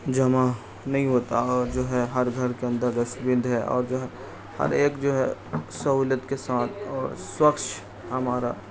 جمع نہیں ہوتا اور جو ہے ہر گھر کے اندر رسبند ہے اور جو ہے ہر ایک جو ہے سہولت کے ساتھ اور سوکچھ ہمارا